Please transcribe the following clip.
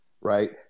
right